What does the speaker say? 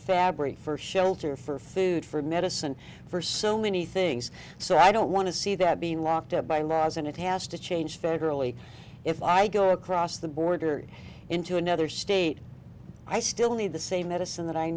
fabric for shelter for food for medicine for so many things so i don't want to see that being locked up by laws and it has to change federally if i go across the border into another state i still need the same medicine that i